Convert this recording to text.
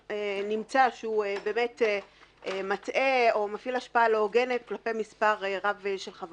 שנמצא שהוא באמת מטעה או מפעיל השפעה לא הוגנת כלפי מספר רב של אנשים,